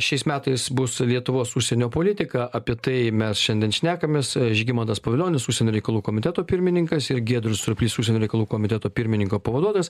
šiais metais bus lietuvos užsienio politika apie tai mes šiandien šnekamės žygimantas pavilionis užsienio reikalų komiteto pirmininkas ir giedrius surplys užsienio reikalų komiteto pirmininko pavaduotojas